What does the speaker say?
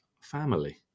family